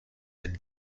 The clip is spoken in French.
elle